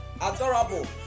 adorable